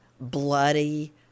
bloody